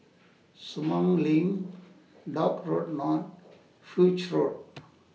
Sumang LINK Dock Road North Foch Road